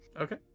Okay